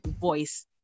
voice